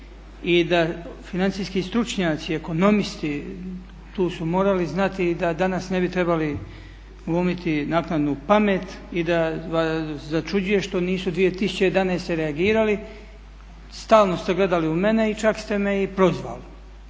i da financijski stručnjaci, ekonomisti tu su morali znati da danas ne bi trebali glumiti naknadnu pamet i da vas začuđuje što nisu 2011. reagirali. Stalno ste gledali u mene i čak st me i prozvali,